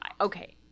okay